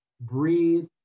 breathe